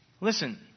Listen